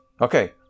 Okay